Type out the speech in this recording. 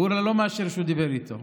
בורלא לא מאשר שהוא דיבר איתו.